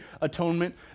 atonement